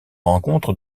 rencontre